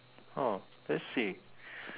[huh] let's see